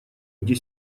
где